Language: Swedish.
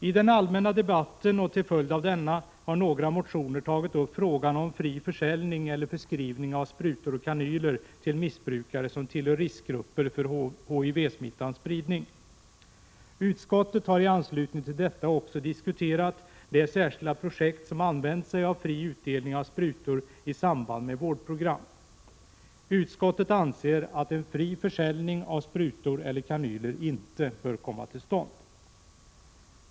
I den allmänna debatten och till följd av denna har i några motioner tagits upp frågan om fri försäljning eller förskrivning av sprutor och kanyler till missbrukare som tillhör riskgrupper för HIV-smittans spridning. Utskottet hari anslutning till detta också diskuterat det särskilda projekt som använt sig av fri utdelning av sprutor i samband med vårdprogram. Utskottet anser att en fri försäljning av sprutor eller kanyler inte bör komma till stånd.